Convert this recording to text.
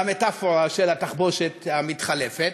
למטפורה של התחבושת המתחלפת: